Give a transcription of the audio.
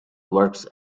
works